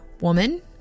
woman